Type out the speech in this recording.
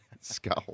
skull